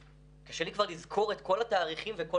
קשה לי כבר לזכור את כל התאריכים וכל